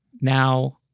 now